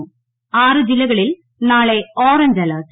ന് ആറ് ജില്ലകളിൽ നാളെ ഓറഞ്ച് അലെർട്ട്